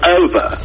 over